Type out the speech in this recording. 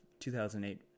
2008